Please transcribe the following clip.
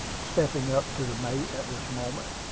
stepping up to the mate at this moment.